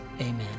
amen